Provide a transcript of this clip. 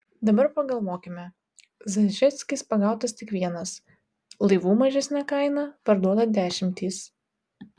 dabar pagalvokime zažeckis pagautas tik vienas laivų mažesne kaina parduota dešimtys